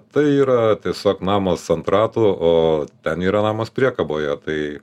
tai yra tiesiog namas ant ratų o ten yra namas priekaboje tai